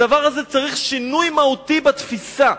הדבר הזה מצריך שינוי מהותי בתפיסה,